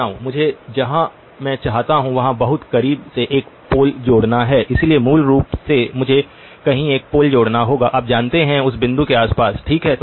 मुझे जहां मैं चाहता हूं वहां बहुत करीब से एक पोल जोड़ना है इसलिए मूल रूप से मुझे कहीं एक पोल जोड़ना होगा आप जानते हैं उस बिंदु के आसपास ठीक है